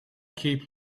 keep